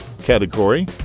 category